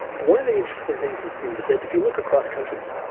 one of the interesting things you see is that if you look across countries,